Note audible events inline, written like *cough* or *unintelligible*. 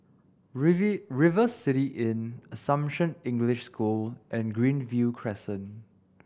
*unintelligible* River City Inn Assumption English School and Greenview Crescent